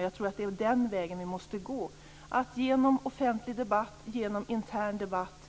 Jag tror att det är den vägen vi måste gå: att genom offentlig och intern debatt